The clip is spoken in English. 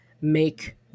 make